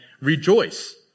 rejoice